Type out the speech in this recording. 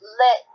let